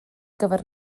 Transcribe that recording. gyfer